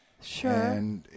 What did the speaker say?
Sure